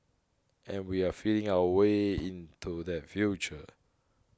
and we're feeling our way into that future